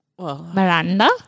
Miranda